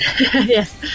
Yes